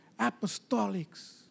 apostolics